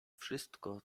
wszystko